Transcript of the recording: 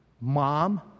mom